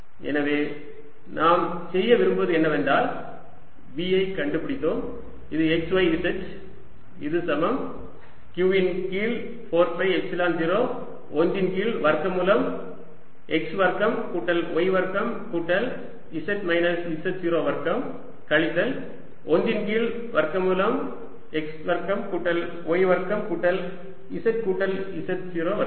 எனவே நாம் செய்ய விரும்புவது என்னவென்றால் V ஐக் கண்டுபிடித்தோம் இது x y z இது சமம் q இன் கீழ் 4 பை எப்சிலன் 0 1 இன் கீழ் வர்க்கமூலம் x வர்க்கம் கூட்டல் y வர்க்கம் கூட்டல் z மைனஸ் z0 வர்க்கம் கழித்தல் 1 இன் கீழ் வர்க்கமூலம் x வர்க்கம் கூட்டல் y வர்க்கம் கூட்டல் z கூட்டல் z0 வர்க்கம்